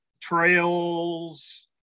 trails